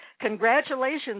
Congratulations